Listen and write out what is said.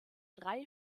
drei